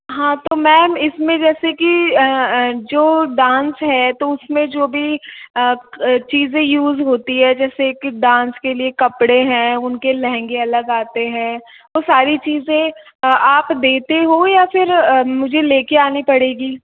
है तो मेम इसमें जैसे की जो डांस है तो उसमें जो भी चीज़ें यूज़ होती है जैसे कि डांस के लिए कपड़े हैं उनके लहगें अलग आते हैं और सारी चीज़ें आप देते हो या फिर मुझे लेके आनी पड़ेगी